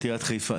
עיריית חיפה.